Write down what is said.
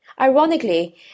Ironically